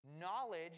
Knowledge